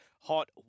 hot